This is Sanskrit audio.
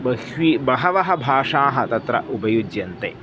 बह्वी बह्व्यः भाषाः तत्र उपयुज्यन्ते